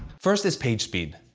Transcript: first is page speed.